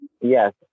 yes